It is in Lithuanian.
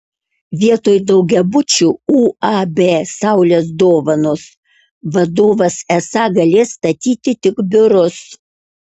vietoj daugiabučių uab saulės dovanos vadovas esą galės statyti tik biurus